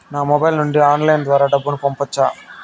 నా మొబైల్ నుండి ఆన్లైన్ ద్వారా డబ్బును పంపొచ్చా